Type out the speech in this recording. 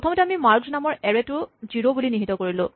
প্ৰথমে আমি মাৰ্কড নামৰ এৰে টো জিৰ' বুলি নিহিত কৰিলো